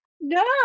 no